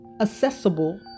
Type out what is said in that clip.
accessible